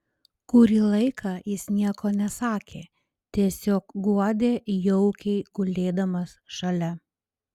kurį laiką jis nieko nesakė tiesiog guodė jaukiai gulėdamas šalia